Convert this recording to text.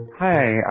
Hi